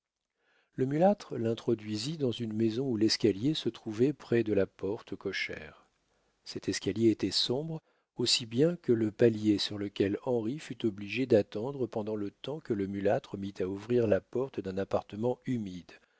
le mulâtre l'introduisit dans une maison où l'escalier se trouvait près de la porte cochère cet escalier était sombre aussi bien que le palier sur lequel henri fut obligé d'attendre pendant le temps que le mulâtre mit à ouvrir la porte d'un appartement humide